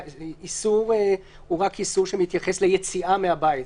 האיסור הוא רק איסור שמתייחס ליציאה מהבית.